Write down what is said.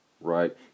right